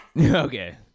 okay